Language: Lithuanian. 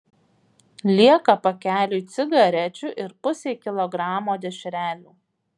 lieka pakeliui cigarečių ir pusei kilogramo dešrelių